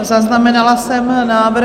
Zaznamenala jsem návrh.